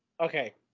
okay